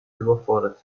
überfordert